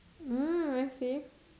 uh I see